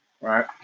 right